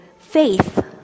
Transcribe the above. faith